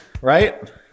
right